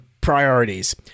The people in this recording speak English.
priorities